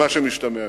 עם מה שמשתמע מזה.